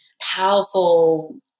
powerful